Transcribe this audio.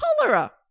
cholera